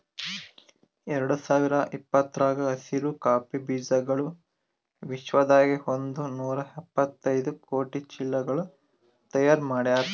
ಎರಡು ಸಾವಿರ ಇಪ್ಪತ್ತರಾಗ ಹಸಿರು ಕಾಫಿ ಬೀಜಗೊಳ್ ವಿಶ್ವದಾಗೆ ಒಂದ್ ನೂರಾ ಎಪ್ಪತ್ತೈದು ಕೋಟಿ ಚೀಲಗೊಳ್ ತೈಯಾರ್ ಮಾಡ್ಯಾರ್